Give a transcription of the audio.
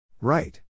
Right